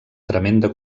tremenda